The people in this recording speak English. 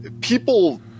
people